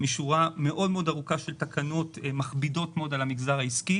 משורה ארוכה מאוד של תקנות שמכבידות מאוד על המגזר העסקי.